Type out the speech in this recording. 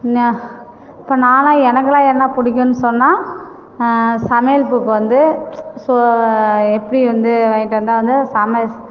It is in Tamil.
நான் இப்போ நான்லா எனக்கலாம் என்ன பிடிக்குன் சொன்னால் சமையல் புக் வந்து ஸோ எப்படி வந்து வாங்கிட்டு வந்தால் வந்து சமச்